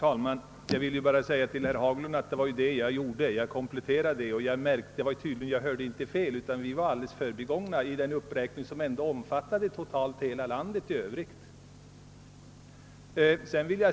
Herr talman! Ja, det var också det jag gjorde, herr Haglund. Jag kompletterade förslaget. Och jag hörde alltså inte fel; vi blev helt förbigångna i den uppräkning som omfattade hela det övriga landet.